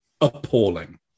appalling